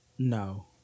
no